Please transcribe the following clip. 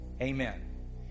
Amen